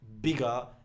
bigger